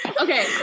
Okay